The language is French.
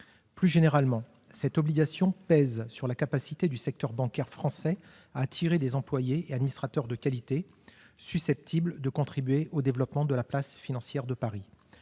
Plus généralement, cette obligation pèse sur la capacité du secteur bancaire français à attirer des employés et administrateurs de qualité, susceptibles de contribuer au développement de la place financière de Paris.